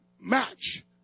match